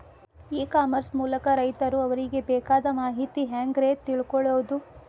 E commerce ಮೂಲಕ ರೈತರು ಅವರಿಗೆ ಬೇಕಾದ ಮಾಹಿತಿ ಹ್ಯಾಂಗ ರೇ ತಿಳ್ಕೊಳೋದು?